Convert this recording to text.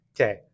Okay